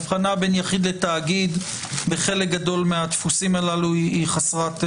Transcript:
כי האבחנה בין יחיד לתאגיד בחלק גדול מהדפוסים הללו היא חסרת היגיון.